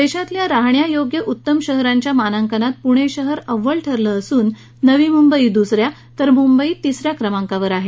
देशातल्या राहण्यायोग्य उत्तम शहरांच्या मानांकनात पुणे शहर अव्वल ठरलं असून नवी मुंबई दुस या तर मुंबई तिस या क्रमांकावर आहे